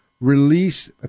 Release